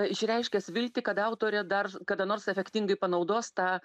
išreiškęs viltį kad autorė dar kada nors efektingai panaudos tą